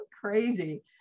crazy